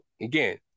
again